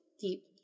deep